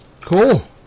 Cool